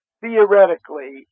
theoretically